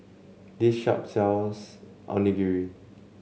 this shop sells Onigiri